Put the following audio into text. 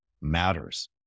matters